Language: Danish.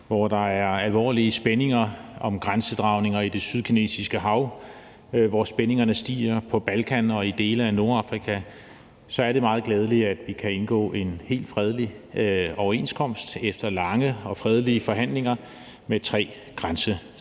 hvor der er alvorlige spændinger om grænsedragninger i det Sydkinesiske Hav, og hvor spændingerne stiger på Balkan og i dele af Nordafrika, kan indgå en helt fredelig overenskomst efter lange og fredelige forhandlinger om tre grænsedragninger.